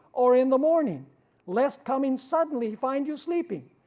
or in the morning lest coming suddenly he find you sleeping.